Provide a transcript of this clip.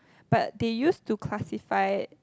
but they used to classify